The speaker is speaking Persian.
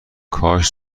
کاش